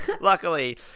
Luckily